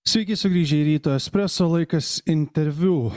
sveiki sugrįžę į espreso laikas interviu